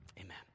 Amen